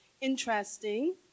Interesting